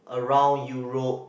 around Europe